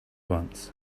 once